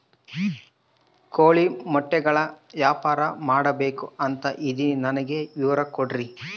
ಕೋಳಿ ಮೊಟ್ಟೆಗಳ ವ್ಯಾಪಾರ ಮಾಡ್ಬೇಕು ಅಂತ ಇದಿನಿ ನನಗೆ ವಿವರ ಕೊಡ್ರಿ?